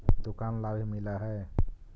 दुकान ला भी मिलहै?